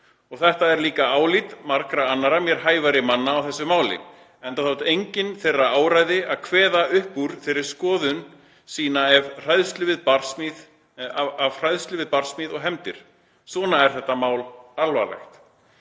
Og þetta er líka álit margra annara mér hæfari manna á þessu máli — enda þótt enginn þeirra áræði að kveða uppúr með skoðun sína af hræðslu við barsmíð og hefndir. Svona er þetta mál alvarlegt.